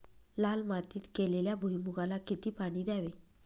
लाल मातीत केलेल्या भुईमूगाला किती पाणी द्यावे?